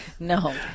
No